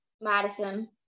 Madison